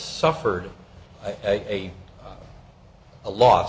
suffered a los